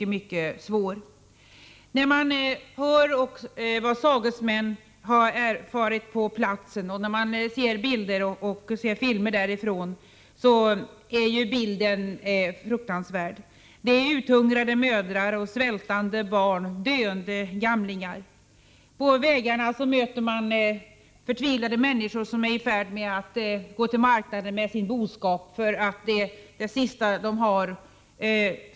Det blir man klar över när man hör vad sagesmän som varit på platsen har erfarit. Fruktansvärda bilder och filmer tagna i området visar uthungrade mödrar, svältande barn och döende gamlingar. På vägarna möter man förtvivlade människor som är i färd med att gå till marknaden med sin boskap — det sista de äger.